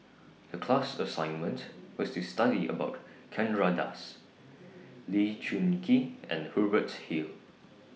The class assignment was to study about Chandra Das Lee Choon Kee and Hubert Hill